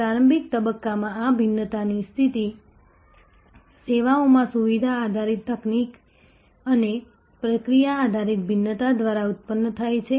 પ્રારંભિક તબક્કામાં આ ભિન્નતાની સ્થિતિ સેવાઓમાં સુવિધા આધારિત તકનીકી અને પ્રક્રિયા આધારિત ભિન્નતા દ્વારા ઉત્પન્ન થાય છે